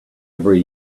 every